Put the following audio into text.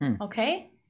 Okay